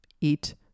eat